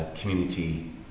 community